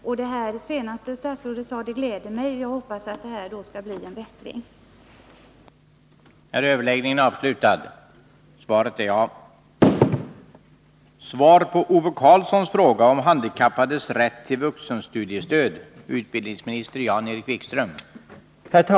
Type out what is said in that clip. Det gläder mig alltså att statsrådet sade detta, och jag hoppas att det skall bli en bättring på detta område.